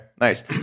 nice